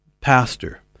pastor